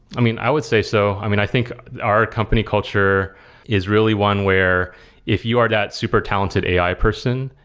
i mean, i would say so. i mean, i think our company culture is really one where if you are that super talented ai person,